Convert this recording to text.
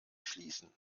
schließen